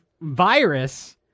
virus